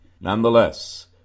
Nonetheless